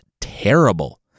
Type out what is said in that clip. terrible